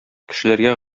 кешеләргә